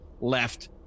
left